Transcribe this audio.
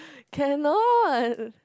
cannot